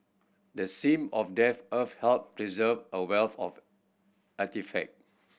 the seam of damp earth helped preserve a wealth of artefact